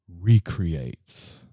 recreates